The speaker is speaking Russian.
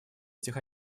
этих